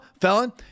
Felon